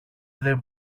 δεν